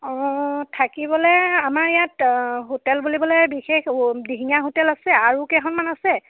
অঁ থাকিবলৈ আমাৰ ইয়াত হোটেল বুলিবলৈ বিশেষ দিহিঙ্গীয়া হোটেল আছে আৰু কেইখনমান আছে